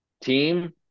team